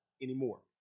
anymore